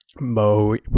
Mo